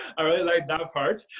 i really like that part.